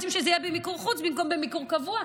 רוצים שזה יהיה במיקור חוץ במקום במיקור קבוע.